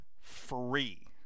free